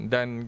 Dan